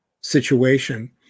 situation